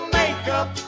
makeup